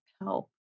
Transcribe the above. help